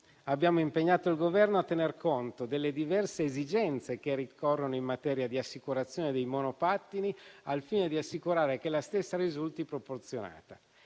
abbiamo impegnato il Governo a tener conto delle diverse esigenze che ricorrono in materia di assicurazione dei monopattini, al fine di assicurare che la stessa risulti proporzionata,